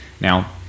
Now